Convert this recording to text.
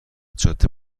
جاده